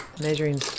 measuring